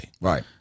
Right